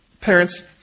parents